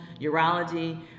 urology